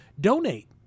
donate